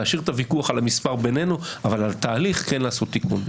להשאיר את הוויכוח על המספר בינינו אבל על התהליך כן לעשות תיקון.